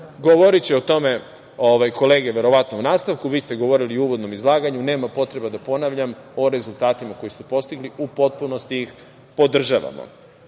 Govoriće o tome kolege u nastavku, vi ste govorili u uvodnom izlaganju, nema potrebe da ponavljam, o rezultatima koje ste postigli, u potpunosti ih podržavamo. Dakle,